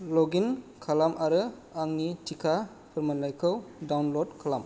ल'ग in खालाम आरो आंनि टिका फोरमानलाइखौ डाउनल'ड खालाम